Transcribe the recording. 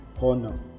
honor